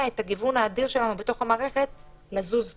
את הגיוון האדיר שלנו בתוך המערכת לזוז פנימה.